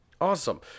Awesome